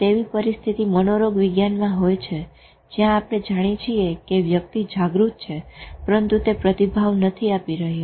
તેવી પરિસ્થિતિ મનોરોગ્વીજ્ઞાનમાં હોય છે જ્યાં આપણે જાણીએ છીએ કે વ્યક્તિ જાગૃત છે પરંતુ તે પ્રતિભાવ નથી આપી રહ્યો